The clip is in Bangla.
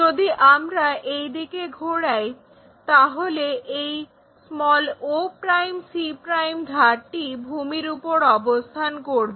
যদি আমরা এই দিকে ঘোরাই তাহলে এই oc ধারটি ভূমির উপর অবস্থান করবে